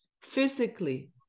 physically